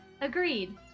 Agreed